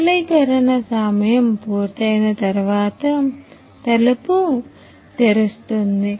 శీతలీకరణ సమయం పూర్తయిన తర్వాత తలుపు తెరుస్తుంది